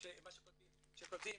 שכותבים